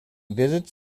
visits